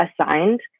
assigned